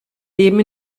leben